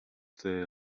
there